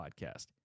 podcast